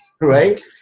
right